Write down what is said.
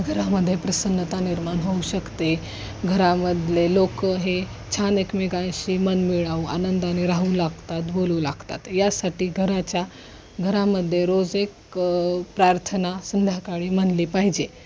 घरामध्ये प्रसन्नता निर्माण होऊ शकते घरामधले लोकं हे छान एकमेकांशी मन मिळाऊ आनंदाने राहू लागतात बोलू लागतात यासाठी घराच्या घरामध्ये रोज एक प्रार्थना संध्याकाळी म्हणली पाहिजे